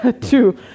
Two